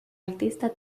artista